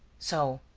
so,